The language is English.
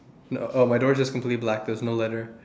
no oh my door's just completely black there's no letter